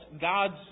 God's